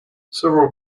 several